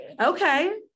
Okay